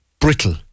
brittle